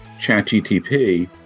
ChatGTP